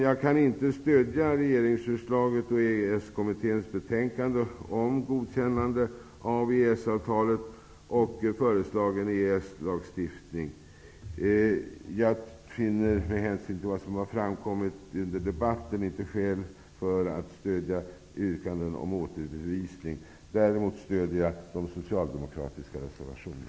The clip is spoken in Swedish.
Jag kan inte stödja regeringsförslaget och EES-kommitténs betänkande om godkännande av EES-avtalet och den föreslagna lagstiftningen. Med hänsyn till vad som har framkommit i debatten finner jag inte några skäl för att stödja yrkandet om återförvisning. Däremot stöder jag de socialdemokratiska reservationerna.